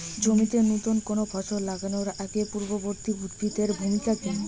জমিতে নুতন কোনো ফসল লাগানোর আগে পূর্ববর্তী উদ্ভিদ এর ভূমিকা কি?